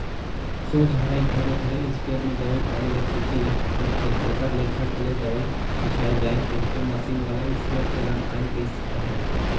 सोझ हरई धरे धरे इस्पेयर मे दवई पानी ल छीचे ले रहथे, तेकर ले झट ले दवई छिचाए जाए कहिके मसीन वाला इस्पेयर चलन आए गइस अहे